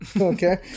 okay